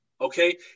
Okay